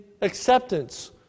acceptance